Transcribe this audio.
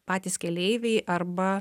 patys keleiviai arba